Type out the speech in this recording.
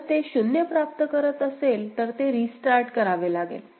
जर ते 0 प्राप्त करत असेल तर ते रीस्टार्ट करावे लागेल